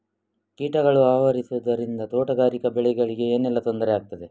ಕೀಟಗಳು ಆವರಿಸುದರಿಂದ ತೋಟಗಾರಿಕಾ ಬೆಳೆಗಳಿಗೆ ಏನೆಲ್ಲಾ ತೊಂದರೆ ಆಗ್ತದೆ?